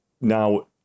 Now